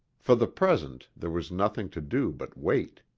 for the present there was nothing to do but wait.